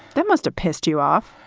that must've pissed you off.